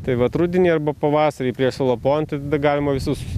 tai vat rudenį arba pavasarį prieš sulapojant galima visus